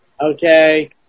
Okay